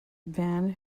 van